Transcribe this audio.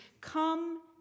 Come